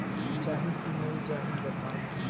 जाही की नइ जाही बताव?